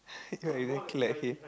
you look exactly like him